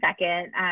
second